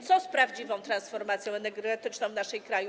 Co z prawdziwą transformacją energetyczną w naszym kraju?